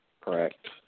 Correct